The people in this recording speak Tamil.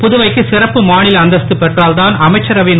புதுவைக்கு சிறப்பு மாநில அந்தஸ்து பெற்றால் தான் அமைச்சரவையின்